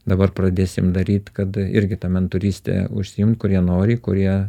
dabar pradėsim daryt kad irgi ta mentoryste užsiimt kurie nori kurie